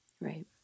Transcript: Right